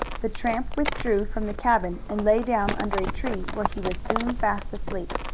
the tramp withdrew from the cabin and lay down under a tree, where he was soon fast asleep.